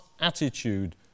attitude